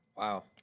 Wow